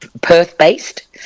Perth-based